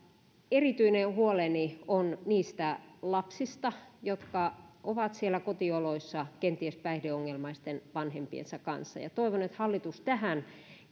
erityinen huoleni on niistä lapsista jotka ovat siellä kotioloissa kenties päihdeongelmaisten vanhempiensa kanssa toivon että hallitus tähän